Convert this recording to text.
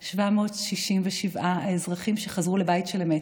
ל-268,767 האזרחים שחזרו לבית של אמת.